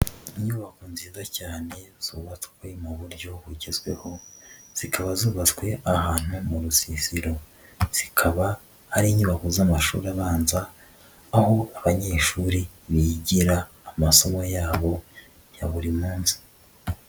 Inyubako nziza cyane zubatswe mu buryo bugezweho zikaba zubatswe ahantu mu rusisiro, zikaba ari inyubako z'amashuri abanza aho abanyeshuri bigira amasomo yabo ya buri munsi.